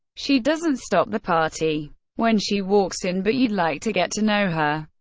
she doesn't stop the party when she walks in, but you'd like to get to know her.